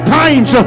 times